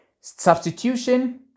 Substitution